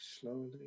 slowly